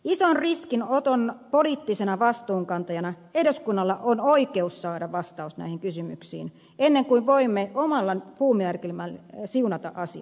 ison riskinoton poliittisena vastuunkantajana eduskunnalla on oikeus saada vastaus näihin kysymyksiin ennen kuin voimme omalla puumerkillämme siunata asian